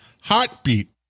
Heartbeat